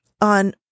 on